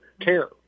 care